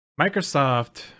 Microsoft